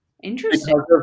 interesting